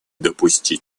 допустить